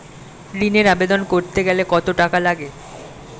ঋণের আবেদন করতে গেলে কত টাকা লাগে?